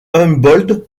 humboldt